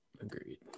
agreed